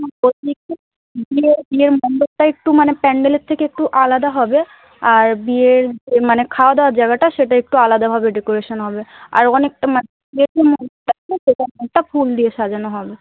বিয়ের বিয়ের মন্ডপটা একটু মানে প্যান্ডেলের থেকে একটু আলাদা হবে আর বিয়ের মানে খাওয়া দাওয়ার জায়গাটা সেটা একটু আলাদাভাবে ডেকরেশান হবে আর অনেকটা ফুল দিয়ে সাজানো হবে